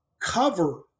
cover